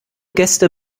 gäste